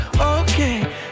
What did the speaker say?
okay